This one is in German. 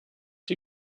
die